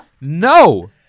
No